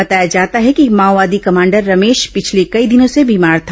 बताया जाता है कि माओवादी कमांडर रमेश पिछले कई दिनों से बीमार था